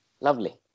Lovely